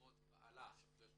מות בעלה ובנה